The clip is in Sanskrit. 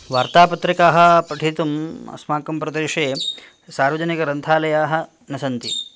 वार्तापत्रिकाः पठितुम् अस्माकं प्रदेशे सार्वजनिकग्रन्थालयाः न सन्ति